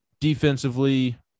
defensively